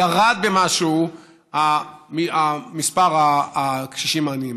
כי ירד במשהו מספר הקשישים העניים.